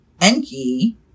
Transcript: Enki